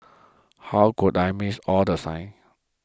how could I missed all the signs